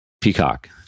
Peacock